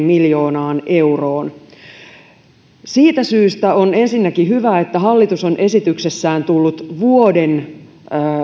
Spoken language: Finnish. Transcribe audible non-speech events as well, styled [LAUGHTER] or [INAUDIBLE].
[UNINTELLIGIBLE] miljoonaa euroa siitä syystä on ensinnäkin hyvä että hallitus on esityksessään tullut vuoden